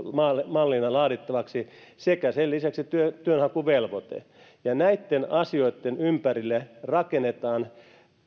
mallina laadittavaksi sekä sen lisäksi työnhakuvelvoite ja näitten asioitten ympärille rakennetaan